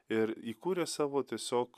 ir įkūrė savo tiesiog